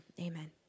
Amen